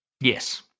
Yes